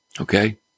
Okay